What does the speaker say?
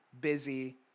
busy